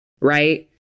Right